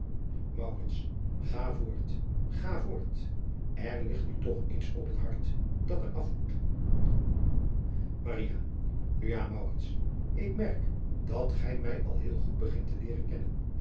a voort ga voort er ligt u toch iets op het hart dat er af moet u ja ik merk dat gij mij al heel goed begint te leeren kennen